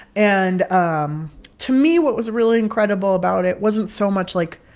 and um to me, what was really incredible about it wasn't so much, like,